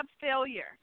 failure